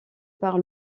par